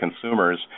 consumers